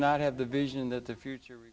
not have the vision that the future